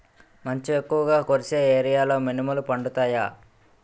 మంచు ఎక్కువుగా కురిసే ఏరియాలో మినుములు పండుతాయా?